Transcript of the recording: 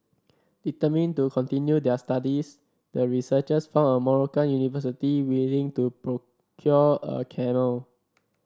determined to continue their studies the researchers found a Moroccan university willing to procure a camel